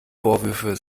vorwürfe